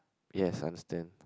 yes understand